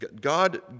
God